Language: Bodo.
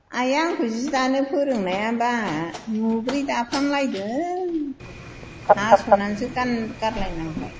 आइआ आंखौ जि दानो फोरोंनायाबा आहा मुब्रै दाफामलायदों हास'नासो गारलायनांबाय